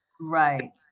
Right